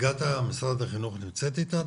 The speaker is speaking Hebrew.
נציגת משרד החינוך נמצאת עוד איתנו?